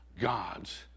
God's